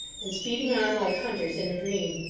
and speeding on, like hunters in a dream.